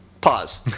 Pause